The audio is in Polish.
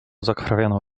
zakrwawioną